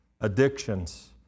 addictions